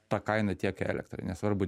ta kaina tiekia elektrą nesvarbu